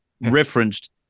referenced